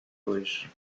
hoje